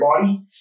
body